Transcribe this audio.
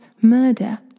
murder